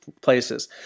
places